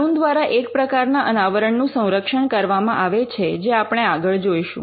કાનૂન દ્વારા એક પ્રકારના અનાવરણનું સંરક્ષણ કરવામાં આવે છે જે આપણે આગળ જોઈશું